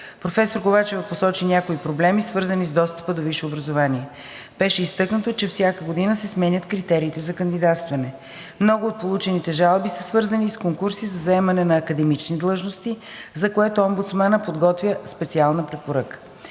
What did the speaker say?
Професор Ковачева посочи някои проблеми, свързани с достъпа до висше образование. Беше изтъкнато, че всяка година се сменят критериите за кандидатстване. Много от получените жалби са свързани и с конкурси за заемане на академични длъжности, за което омбудсманът подготвя специална препоръка.